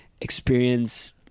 experience